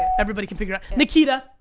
everybody can figure out. nikita,